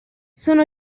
sono